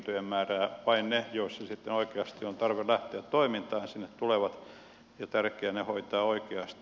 vain ne joissa sitten oikeasti on tarve lähteä toimintaan sinne tulevat ja on tärkeää ne hoitaa oikeasti